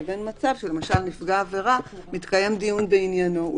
לבין מצב למשל שמתקיים דיון בעניינו של נפגע עבירה,